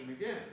again